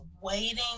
waiting